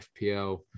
FPL